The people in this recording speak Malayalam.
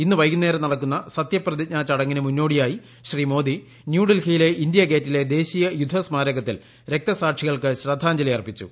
ഇന്നു വൈകുന്നേരം നടക്കുന്ന സത്യപ്രതിജ്ഞ്ാ ചടങ്ങിനു മുന്നോടിയായി ശ്രീ മോദി ന്യൂഡൽഹിയിലെ ഇന്ത്യാ ഗേറ്റിലെ ദേശീയ യുദ്ധസ്മാരകത്തിൽ രക്തസാക്ഷികൾക്ക് ശ്രദ്ധാഞ്ജലി അർപ്പിച്ചു